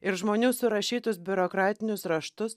ir žmonių surašytus biurokratinius raštus